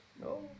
No